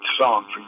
song